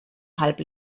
halb